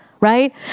right